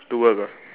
to work ah